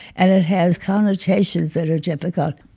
and it has connotations that are difficult.